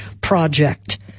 project